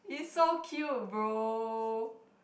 is so cute bro